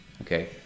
Okay